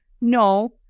no